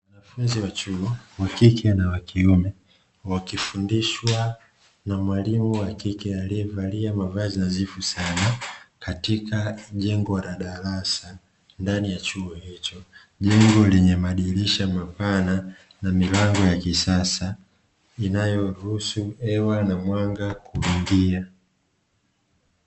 Wanafunzi wa chuo wakike na wakiume, wakifundishwa na mwalimu wa kike aliyevalia mavazi nadhifu sana, katika jengo la darasa ndani ya chuo hicho. Jengo lenye madirisha mapana na milango ya kisasa inayoruhusu hewa na mwanga kuingia.